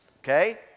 Okay